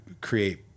create